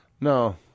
No